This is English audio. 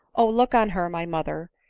o! look on her, my mother,